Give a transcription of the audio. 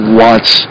wants